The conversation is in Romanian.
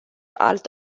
alt